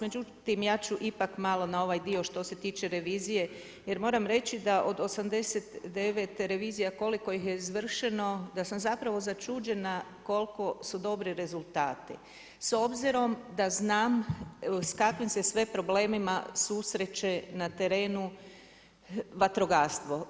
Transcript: Međutim, ja ću ipak malo na ovaj dio što se tiče revizije jer moram reći da od 89 revizija koliko ih je izvršeno, da sam zapravo začuđena koliko su dobri rezultati, s obzirom da znam s kakvim se sve problemima susreće na terenu vatrogastvo.